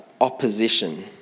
opposition